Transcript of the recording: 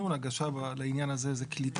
אם יש מבנה